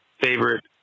favorite